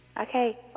okay